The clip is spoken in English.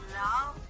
love